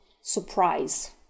surprise